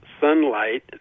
sunlight